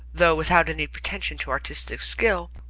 though without any pretension to artistic skill,